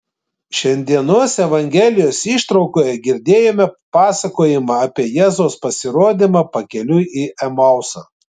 šiandienos evangelijos ištraukoje girdėjome pasakojimą apie jėzaus pasirodymą pakeliui į emausą